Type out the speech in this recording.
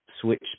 switch